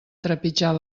trepitjar